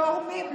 תורמים,